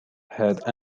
had